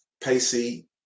Pacey